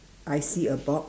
I see a box